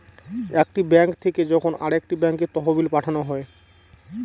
একটি ব্যাঙ্ক থেকে যখন আরেকটি ব্যাঙ্কে তহবিল পাঠানো হয়